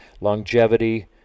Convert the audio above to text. longevity